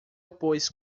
opôs